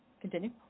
continue